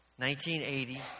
1980